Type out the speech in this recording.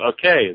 okay